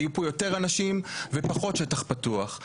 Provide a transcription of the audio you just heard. יהיו פה יותר אנשים ופחות שטח פתוח.